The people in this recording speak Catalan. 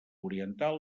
orientar